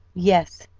yes,